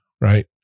right